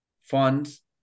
funds